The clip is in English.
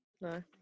no